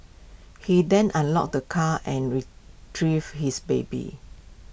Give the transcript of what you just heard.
he then unlocked the car and retrieved his baby